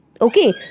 Okay